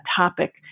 topic